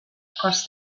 across